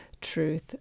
truth